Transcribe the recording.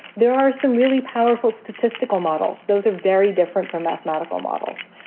there are some really powerful statistical models. those are very different from mathematical models.